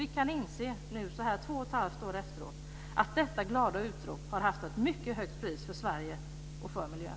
Vi kan nu inse, två och ett halvt år efteråt, att detta glada utrop har haft ett mycket högt pris för Sverige och för miljön.